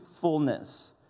fullness